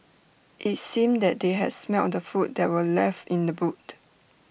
IT seemed that they had smelt the food that were left in the boot